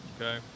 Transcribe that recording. Okay